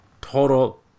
Total